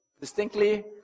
distinctly